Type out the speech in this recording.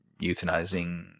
euthanizing